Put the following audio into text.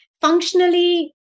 functionally